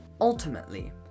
Ultimately